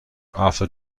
after